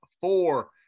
four